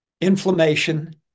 Inflammation